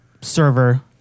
server